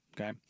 Okay